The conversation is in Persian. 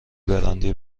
براندی